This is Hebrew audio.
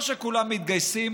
או שכולם מתגייסים